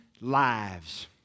lives